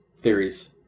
theories